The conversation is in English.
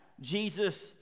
Jesus